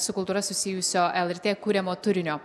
su kultūra susijusio lrt kuriamo turinio